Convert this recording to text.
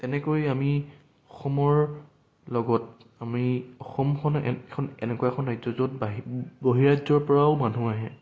তেনেকৈ আমি অসমৰ লগত আমি অসমখন এখন এনেকুৱা এখন ৰাজ্য য'ত বৰ্হি ৰাজ্যৰ পৰাও মানুহ আহে